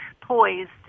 poised